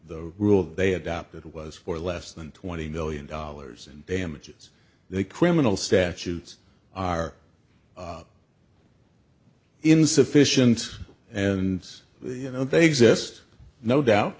the rule of they adopted was for less than twenty million dollars in damages the criminal statutes are insufficient and you know they exist no doubt